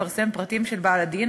-הדין,